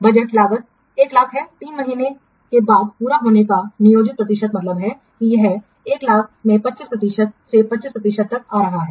budget लागत 100000 है 3 महीने के बाद पूरा होने का नियोजित प्रतिशत मतलब है कि यह 100000 में 25 प्रतिशत से 25 प्रतिशत तक आ रहा है